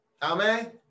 Amen